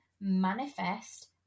manifest